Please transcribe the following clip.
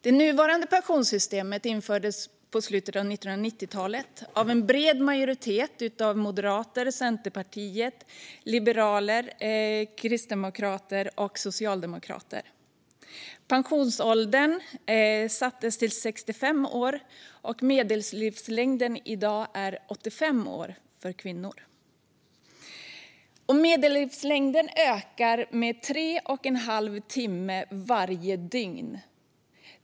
Det nuvarande pensionssystemet infördes i slutet av 1990-talet av en bred majoritet bestående av moderater, centerpartister, liberaler, kristdemokrater och socialdemokrater. Pensionsåldern sattes till 65 år. Medellivslängden är i dag 85 år för kvinnor. Medellivslängden ökar med tre och en halv timme varje dygn.